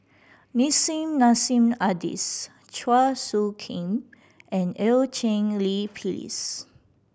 Nissim Nassim Adis Chua Soo Khim and Eu Cheng Li Phyllis